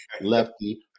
Lefty